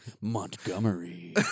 Montgomery